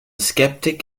sceptic